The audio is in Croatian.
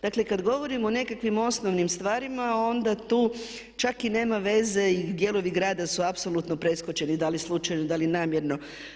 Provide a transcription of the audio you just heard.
Dakle, kad govorim o nekakvim osnovnim stvarima, onda tu čak i nema veze i dijelovi grada su apsolutno preskočeni, da li slučajno, da li namjerno.